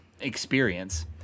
experience